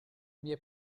mie